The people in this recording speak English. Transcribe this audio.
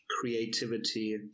creativity